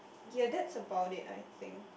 ya that's about it I think